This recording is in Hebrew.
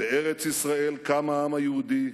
"בארץ-ישראל קם העם היהודי,